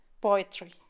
poetry